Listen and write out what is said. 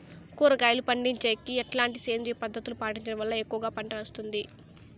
కూరగాయలు పండించేకి ఎట్లాంటి సేంద్రియ పద్ధతులు పాటించడం వల్ల ఎక్కువగా పంట వస్తుంది?